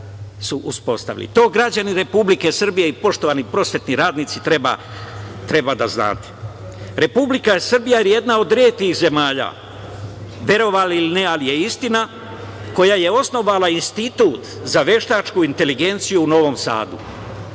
To građani Republike Srbije i poštovani prosvetni radnici treba da znate. Republika Srbija je jedna od retkih zemalja, verovali ili ne, ali je istina, koja je osnovala Institut za veštačku inteligenciju u Novom Sadu.